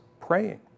Praying